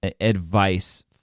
advice